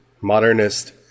modernist